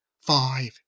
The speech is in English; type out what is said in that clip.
five